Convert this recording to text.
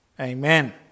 Amen